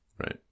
Right